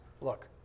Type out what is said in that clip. Look